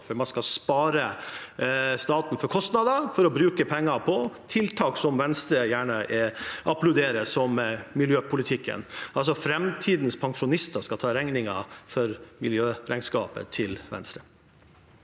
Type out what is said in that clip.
man skal spare staten for kostnader for å bruke pengene på tiltak som Venstre gjerne applauderer som miljøpolitikk, altså at framtidens pensjonister skal ta regningen for miljøregnskapet til Venstre.